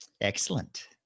Excellent